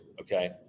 okay